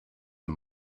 and